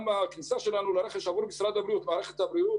גם הכניסה שלנו לרכש עבור משרד הבריאות ומערכת הבריאות